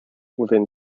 within